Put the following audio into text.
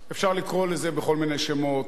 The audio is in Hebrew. אפשר לקרוא לזה בכל מיני שמות,